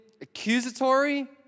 accusatory